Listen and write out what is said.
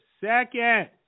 second